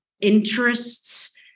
interests